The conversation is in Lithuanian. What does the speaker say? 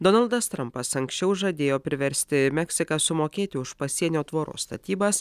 donaldas trampas anksčiau žadėjo priversti meksiką sumokėti už pasienio tvoros statybas